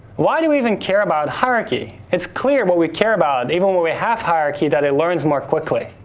why do we even care about hierarchy? it's clear what we care about, even when we have hierarchy that it learns more quickly.